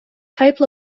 type